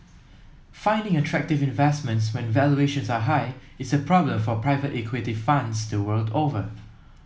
finding attractive investments when valuations are high is a problem for private equity funds the world over